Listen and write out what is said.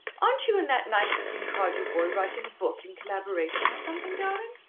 aren't you and that nice-looking cardew boy writin' a book in collaboration, or something, darling?